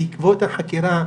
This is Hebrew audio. בעקבות החקירה,